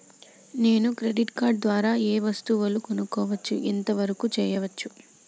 నేను credit card ద్వారా ఏం వస్తువులు కొనుక్కోవచ్చు ఎంత వరకు చేయవచ్చు?